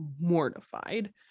mortified